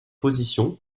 positions